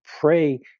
pray